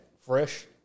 fresh